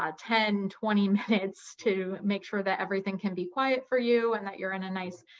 ah ten, twenty minutes to make sure that everything can be quiet for you and that you're in a nice,